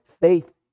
faith